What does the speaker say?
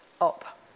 up